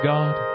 God